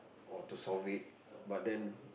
or to solve it but then